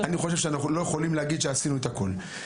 אני חושב שאנחנו לא יכולים להגיד שעשינו את הכל,